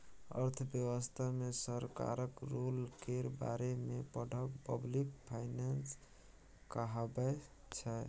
अर्थव्यवस्था मे सरकारक रोल केर बारे मे पढ़ब पब्लिक फाइनेंस कहाबै छै